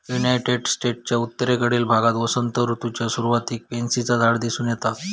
United स्टेट्सच्या उत्तरेकडील भागात वसंत ऋतूच्या सुरुवातीक पॅन्सीचा झाड दिसून येता